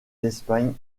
d’espagne